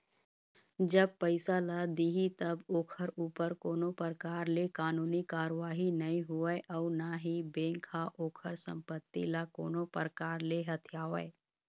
जब पइसा ल दिही तब ओखर ऊपर कोनो परकार ले कानूनी कारवाही नई होवय अउ ना ही बेंक ह ओखर संपत्ति ल कोनो परकार ले हथियावय